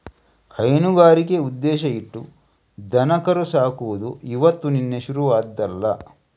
ಹೈನುಗಾರಿಕೆ ಉದ್ದೇಶ ಇಟ್ಟು ದನಕರು ಸಾಕುದು ಇವತ್ತು ನಿನ್ನೆ ಶುರು ಆದ್ದಲ್ಲ